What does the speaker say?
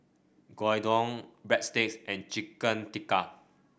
Gyudon Breadsticks and Chicken Tikka